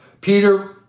Peter